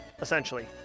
essentially